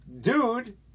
dude